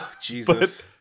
Jesus